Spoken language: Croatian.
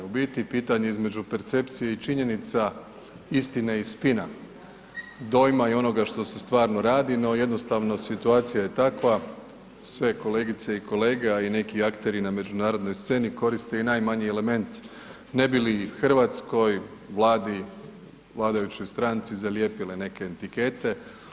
U biti pitanje između percepcije i činjenica, istine i spina, dojma i onoga što se stvarno radi no jednostavno situacija je takva, sve kolegice i kolege, a i neki akteri na međunarodnoj sceni koriste i najmanji element ne bi li i Hrvatskoj, Vladi, vladajućoj stranci zalijepile neke etikete.